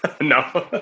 No